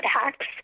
Hacks